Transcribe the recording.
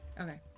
Okay